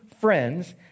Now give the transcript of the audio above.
friends